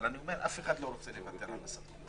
אבל אף אחד לא רוצה לוותר על הסמכויות.